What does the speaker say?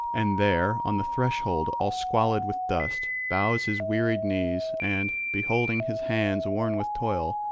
and there on the threshold, all squalid with dust, bows his wearied knees, and, beholding his hands worn with toil,